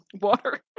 water